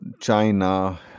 China